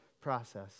process